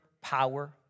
Power